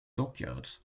dockyard